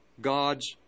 God's